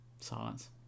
silence